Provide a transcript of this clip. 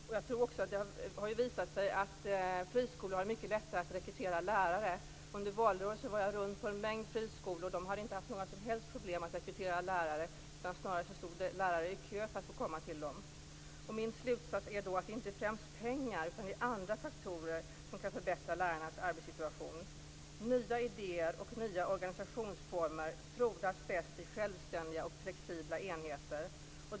Det har ju också visat sig att friskolor har mycket lättare att rekrytera lärare. Under valrörelsen var jag runt på en mängd friskolor. De hade inte haft några som helst problem att rekrytera lärare. Snarare stod det lärare i kö för att få komma till dem. Min slutsats är då att det inte främst är pengar utan andra faktorer som kan förbättra lärarnas arbetssituation. Nya idéer och nya organisationsformer frodas bäst i självständiga och flexibla enheter.